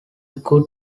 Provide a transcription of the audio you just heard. good